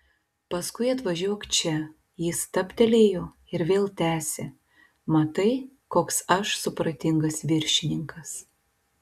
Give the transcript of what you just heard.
paskui atvažiuok čia jis stabtelėjo ir vėl tęsė matai koks aš supratingas viršininkas